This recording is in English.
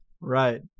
Right